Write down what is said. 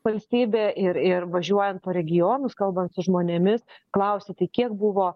valstybė ir ir važiuojant po regionus kalbant su žmonėmis klausi tai kiek buvo